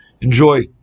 Enjoy